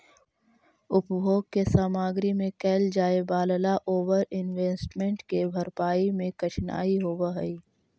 उपभोग के सामग्री में कैल जाए वालला ओवर इन्वेस्टमेंट के भरपाई में कठिनाई होवऽ हई